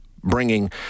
bringing